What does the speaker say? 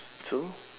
so